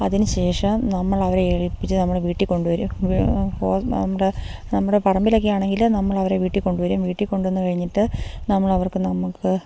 അതിനുശേഷം നമ്മളവരെ എഴുന്നേല്പ്പിച്ച് നമ്മള് വീട്ടില് കൊണ്ടുവരും നമ്മുടെ നമ്മുടെ പറമ്പിലൊക്കെയാണെങ്കില് നമ്മളവരെ വീട്ടില് കൊണ്ടുവരും വീട്ടില് കൊണ്ടുവന്നുകഴിഞ്ഞിട്ട് നമ്മളവർക്ക് നമുക്ക്